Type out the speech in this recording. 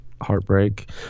heartbreak